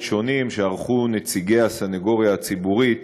שונים שערכו נציגי הסנגוריה הציבורית